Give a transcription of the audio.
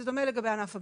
זה דומה לגבי ענף הבנייה,